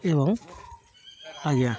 ଏବଂ ଆଜ୍ଞା